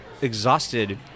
exhausted